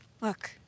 Look